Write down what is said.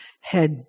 head